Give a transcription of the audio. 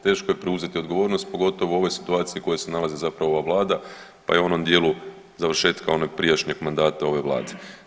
Teško je preuzeti odgovornost pogotovo u ovoj situaciji u kojoj se nalazi zapravo ova Vlada, pa i u onom dijelu završetka onog prijašnjeg mandata ove Vlade.